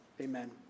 Amen